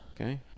Okay